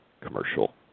commercial